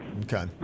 Okay